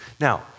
Now